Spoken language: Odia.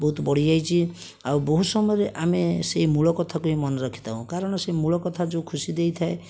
ବହୁତ ବଢ଼ିଯାଇଛି ଆଉ ବହୁତ ସମୟରେ ଆମେ ସେଇ ମୂଳ କଥାକୁ ହିଁ ମନେ ରଖିଥାଉ କାରଣ ସେଇ ମୂଳ କଥା ଯେଉଁ ଖୁସି ଦେଇଥାଏ